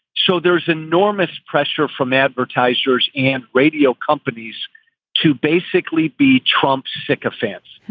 so there's enormous pressure from advertisers and radio companies to basically be trump sycophants.